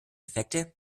effekte